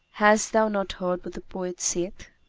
hast thou not heard what the poet saith?